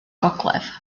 gogledd